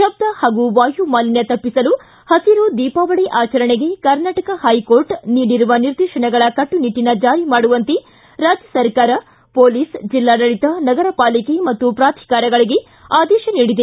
ಶಬ್ದ ಹಾಗೂ ವಾಯುಮಾಲಿನ್ಯ ತಪ್ಪಿಸಲು ಹುುರು ದೀಪಾವಳಿ ಆಚರಣೆಗೆ ಕರ್ನಾಟಕ ಹೈಕೋರ್ಟ್ ನೀಡಿರುವ ನಿರ್ದೇಶನಗಳ ಕಟ್ಟುನಿಟ್ಟನ ಜಾರಿ ಮಾಡುವಂತೆ ರಾಜ್ಯಸರ್ಕಾರ ಪೊಲೀಸ್ ಜಿಲ್ಲಾಡಳಿತ ನಗರ ಪಾಲಿಕೆ ಮತ್ತು ಪ್ರಾಧಿಕಾರಗಳಿಗೆ ಆದೇಶ ನೀಡಿದೆ